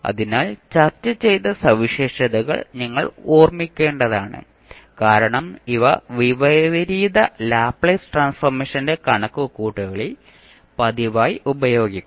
അതിനാൽ ചർച്ച ചെയ്ത സവിശേഷതകൾ നിങ്ങൾ ഓർമ്മിക്കേണ്ടതാണ് കാരണം ഇവ വിപരീത ലാപ്ലേസ് ട്രാൻസ്ഫോർമേഷന്റെ കണക്കുകൂട്ടലിൽ പതിവായി ഉപയോഗിക്കും